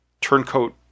turncoat